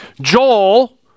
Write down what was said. Joel